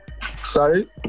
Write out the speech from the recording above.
sorry